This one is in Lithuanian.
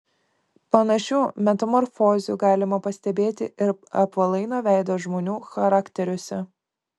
panašių metamorfozių galima pastebėti ir apvalaino veido žmonių charakteriuose